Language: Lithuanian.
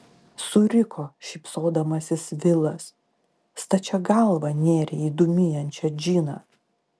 suriko šypsodamasis vilas stačia galva nėrei į dūmijančią džiną